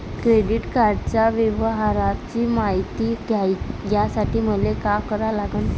Credit कार्डाच्या व्यवहाराची मायती घ्यासाठी मले का करा लागन?